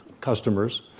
customers